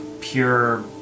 pure